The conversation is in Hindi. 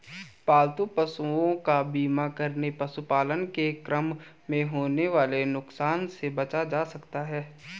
पालतू पशुओं का बीमा करके पशुपालन के क्रम में होने वाले नुकसान से बचा जा सकता है